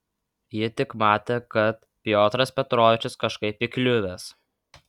ji tik matė kad piotras petrovičius kažkaip įkliuvęs